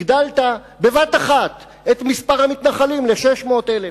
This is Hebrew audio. הגדלת בבת אחת את מספר המתנחלים ל-600,000.